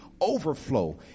overflow